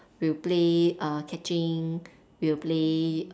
we'll play uh catching we'll play